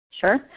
Sure